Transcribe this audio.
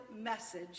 message